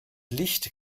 licht